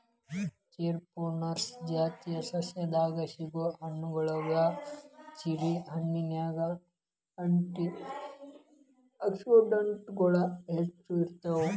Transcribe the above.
cherry prunus ಜಾತಿಯ ಸಸ್ಯದಾಗ ಸಿಗೋ ಹಣ್ಣುಗಳಗ್ಯಾವ, ಚೆರಿ ಹಣ್ಣಿನ್ಯಾಗ ಆ್ಯಂಟಿ ಆಕ್ಸಿಡೆಂಟ್ಗಳು ಹೆಚ್ಚ ಇರ್ತಾವ